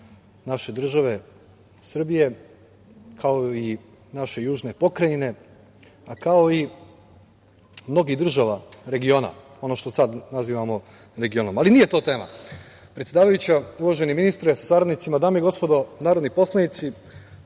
naše države Srbije, kao i naše južne pokrajine, kao i mnogih država regiona, ono što sada nazivamo regionom. Ali, nije to tema. Predsedavajuća, uvaženi ministre sa saradnicima, dame i gospodo narodni poslanici,